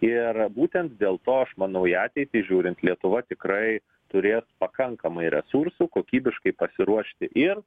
ir būtent dėl to aš manau į ateitį žiūrint lietuva tikrai turės pakankamai resursų kokybiškai pasiruošti ir